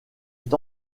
est